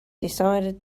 decided